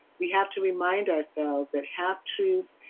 we have to remind ourselves, that half-truths,